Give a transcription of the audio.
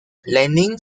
lenin